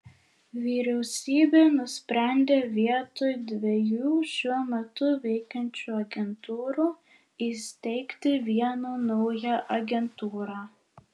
vyriausybė nusprendė vietoj dviejų šiuo metu veikiančių agentūrų įsteigti vieną naują agentūrą